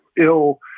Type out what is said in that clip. ill